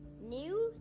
News